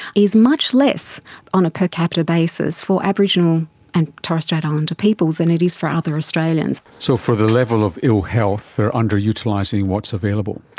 is much less on a per capita basis for aboriginal and torres strait islander peoples than it is for other australians. so for the level of ill health, they are underutilising what's available.